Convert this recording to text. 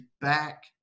Back